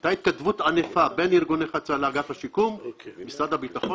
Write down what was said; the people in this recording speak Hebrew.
הייתה התכתבות ענפה בין ארגון נכי צה"ל לאגף השיקום במשרד הביטחון,